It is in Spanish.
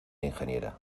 ingeniera